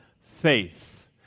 faith